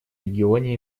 регионе